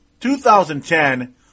2010